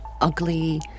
ugly